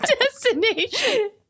Destination